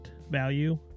value